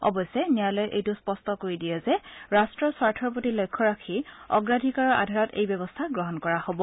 অৱশ্যে ন্যায়ালয়ে এইটো স্পষ্ট কৰি দিয়ে যে ৰাট্টৰ স্বাৰ্থৰ প্ৰতি লক্ষ্য ৰাখি অগ্ৰাধিকাৰ আধাৰত এই ব্যৱস্থা গ্ৰহণ কৰা হ'ব